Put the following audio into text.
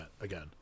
again